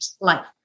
life